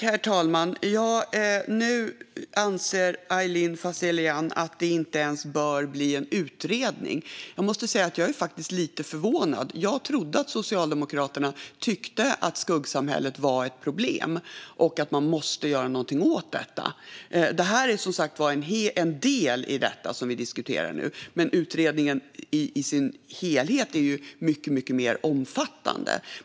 Herr talman! Nu anser Aylin Fazelian att det inte ens bör bli en utredning. Jag är faktiskt lite förvånad. Jag trodde att Socialdemokraterna tyckte att skuggsamhället är ett problem och att man måste göra något åt detta. Det vi diskuterar nu är en del av detta, men utredningen som helhet är ju mycket mer omfattande.